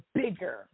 bigger